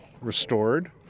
restored